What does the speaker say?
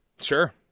Sure